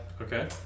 Okay